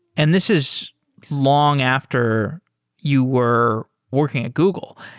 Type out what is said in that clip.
and this is long after you were working at google.